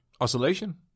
Oscillation